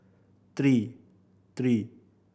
three